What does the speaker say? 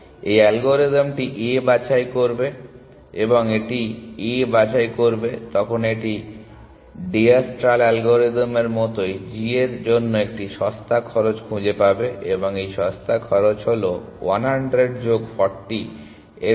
এই অ্যালগরিদমটি A বাছাই করবে এবং যখন এটি A বাছাই করবে তখন এটি ডিএস্ট্রাল অ্যালগরিদমের মতোই g এর জন্য একটি সস্তা খরচ খুঁজে পাবে এবং এই সস্তা খরচ হল 100 যোগ 40 এর খরচ যেটা হলো 140